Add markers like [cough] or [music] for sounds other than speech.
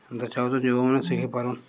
[unintelligible] ଯୁବକମାନେ ଶଖିପାରୁଛନ୍